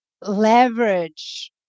leverage